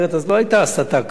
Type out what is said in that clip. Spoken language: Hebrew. אז לא היתה הסתה כזאת.